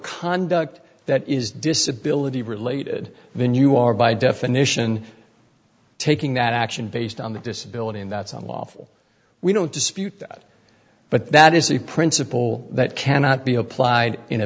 conduct that is disability related then you are by definition taking that action based on the disability and that's unlawful we don't dispute that but that is the principle that cannot be applied in a